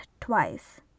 twice